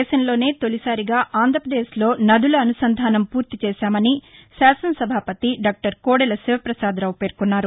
దేశంలోనే తొలిసారిగా ఆంధ్రప్రదేశ్లో నదుల అనుసంధానం పూర్తి చేశామని శాసన సభాపతి డాక్టర్ కోదెల శివపసాదరావు పేర్కొన్నారు